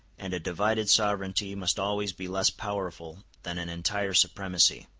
and a divided sovereignty must always be less powerful than an entire supremacy.